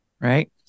right